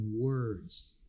words